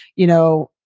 you know,